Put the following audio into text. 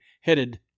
headed